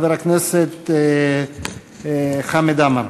חבר הכנסת חמד עמאר.